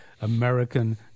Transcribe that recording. American